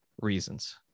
reasons